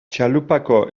txalupako